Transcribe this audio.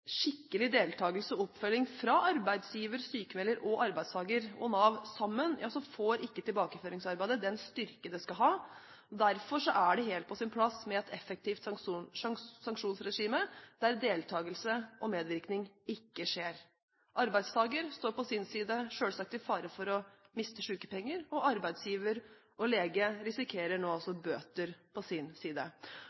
skikkelig deltakelse og oppfølging fra arbeidsgiver, sykmelder, arbeidstaker og Nav sammen får ikke tilbakeføringsarbeidet den styrke det skal ha. Derfor er det helt på sin plass med et effektivt sanksjonsregime der deltakelse og medvirkning ikke skjer. Arbeidstaker står på sin side selvsagt i fare for å miste sykepengene, og arbeidsgiver og lege risikerer nå